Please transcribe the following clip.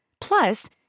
Plus